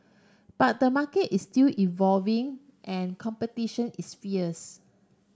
but the market is still evolving and competition is fierce